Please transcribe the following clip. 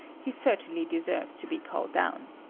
he certainly deserves to be called down.